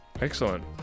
Excellent